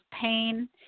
pain